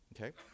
Okay